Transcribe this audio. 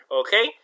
okay